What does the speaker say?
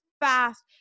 fast